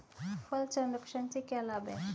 फल संरक्षण से क्या लाभ है?